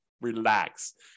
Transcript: relax